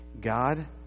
God